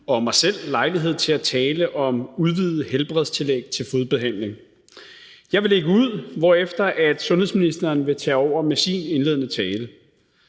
og mig selv lejlighed til at tale om udvidet helbredstillæg til fodbehandling. Jeg vil lægge ud, hvorefter sundhedsministeren vil tage over med sin indledende tale.